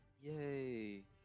Yay